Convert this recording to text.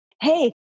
hey